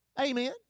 Amen